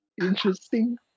Interesting